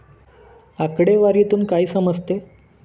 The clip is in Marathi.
आकडेवारीतून काय समजते?